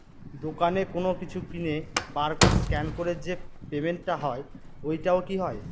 দোকানে কোনো কিছু কিনে বার কোড স্ক্যান করে যে পেমেন্ট টা হয় ওইটাও কি হয়?